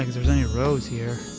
there's any roads here.